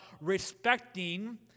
respecting